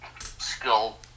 skill